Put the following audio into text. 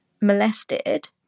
molested